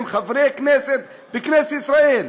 והם חברי כנסת בכנסת ישראל,